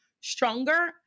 stronger